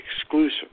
exclusive